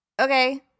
okay